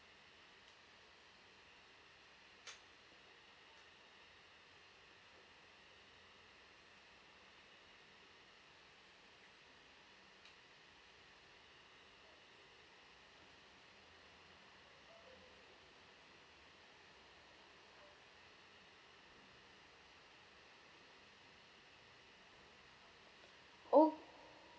oh